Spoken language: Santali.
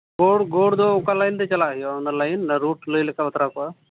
ᱜᱳᱨ ᱜᱳᱨ ᱫᱚ ᱚᱠᱟ ᱞᱟᱭᱤᱱ ᱛᱮ ᱪᱟᱞᱟᱜ ᱦᱩᱭᱩᱜᱼᱟ ᱚᱱᱟ ᱞᱟᱭᱤᱱ ᱨᱳᱰ ᱦᱩᱭ ᱞᱮᱠᱷᱟᱡ ᱵᱟᱛᱨᱟᱣ ᱠᱚᱜᱼᱟ